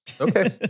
Okay